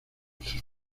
sus